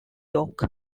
york